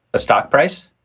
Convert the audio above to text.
a stock price,